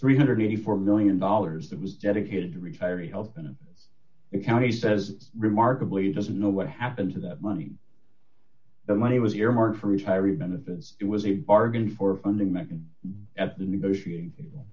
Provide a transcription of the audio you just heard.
three hundred and eighty four million dollars that was dedicated to retiree health and a county says remarkably doesn't know what happened to that money the money was earmarked for retiree benefits it was a bargain for funding men at the negotiating